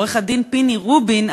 עו"ד פיני רובין,